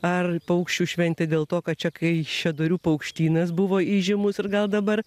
ar paukščių šventė dėl to kad čia kaišiadorių paukštynas buvo įžymus ir gal dabar